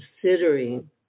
considering